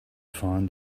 find